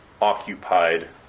occupied